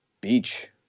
Beach